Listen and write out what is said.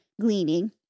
gleaning